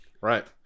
Right